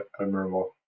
admirable